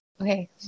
Okay